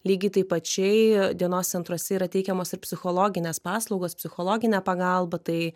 lygiai taip pačiai dienos centruose yra teikiamos ir psichologinės paslaugos psichologinė pagalba tai